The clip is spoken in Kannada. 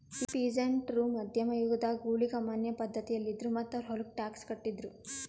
ಪೀಸಂಟ್ ರು ಮಧ್ಯಮ್ ಯುಗದಾಗ್ ಊಳಿಗಮಾನ್ಯ ಪಧ್ಧತಿಯಲ್ಲಿದ್ರು ಮತ್ತ್ ಅವ್ರ್ ಹೊಲಕ್ಕ ಟ್ಯಾಕ್ಸ್ ಕಟ್ಟಿದ್ರು